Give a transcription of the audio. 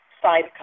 Five